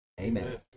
amen